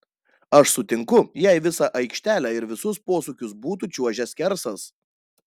aš sutinku jei visą aikštelę ir visus posūkius būtų čiuožęs skersas